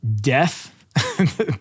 Death